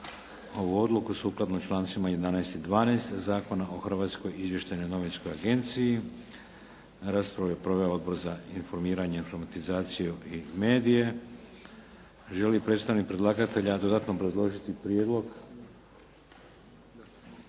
ovu odluku sukladno člancima 11. i 12. Zakona o Hrvatskoj izvještajnoj novinskoj agenciji. Raspravu je proveo Odbor za informiranje, informatizaciju i medije. Želi li predstavnik predlagatelja dodatno obrazložiti prijedlog?